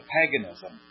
paganism